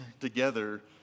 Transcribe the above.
together